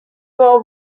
war